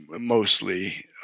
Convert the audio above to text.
mostly